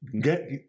get